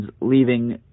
leaving